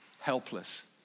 helpless